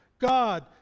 God